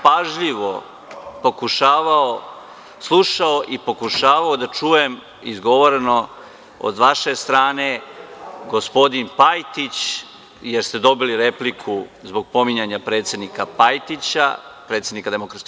Pažljivo sam slušao i pokušavao da čujem izgovoreno od vaše strane gospodin Pajtić, jer ste dobili repliku zbog pominjanja predsednika Pajtića, predsednika DS.